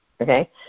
Okay